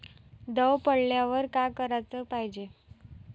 दव पडल्यावर का कराच पायजे?